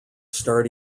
start